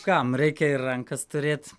kam reikia ir rankas turėt